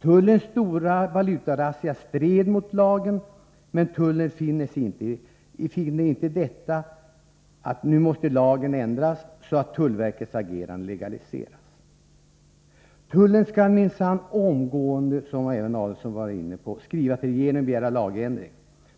Tullens stora valutarazzia stred mot lagen, men tullen finner sig inte i detta utan nu måste lagen ändras så att tullverkets agerande legaliseras. Tullen skall minsann omgående, som någon var inne på, skriva till regeringen och begära lagändring.